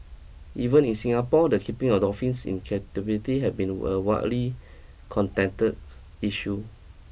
even in Singapore the keeping of dolphins in captivity have been a widely contented issue